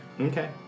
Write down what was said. Okay